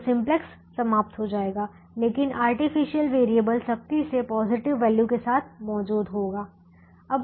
तो सिम्प्लेक्स समाप्त हो जाएगा लेकिन आर्टिफिशियल वेरिएबल सख्ती से पॉजिटिव वैल्यू के साथ मौजूद होगा